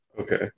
Okay